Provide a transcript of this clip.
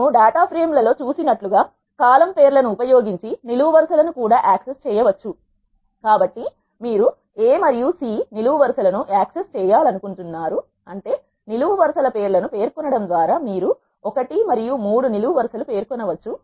మేము data frame లలో చూసినట్లుగా కాలమ్ పేర్లను ఉపయోగించి నిలువు వరుస ల ను కూడా యాక్సెస్ చేయవచ్చు కాబట్టి మీరు a మరియు c నిలువు వరుస ల ను యాక్సెస్ చేయాలనుకుంటున్నారు అంటే నిలువు వరుస ల పేర్లను పేర్కొనడం ద్వారా మీరు 1 మరియు 3 నిలువువరుసలు పేర్కొనవచ్చు